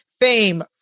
fame